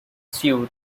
suit